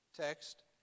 text